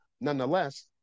Nonetheless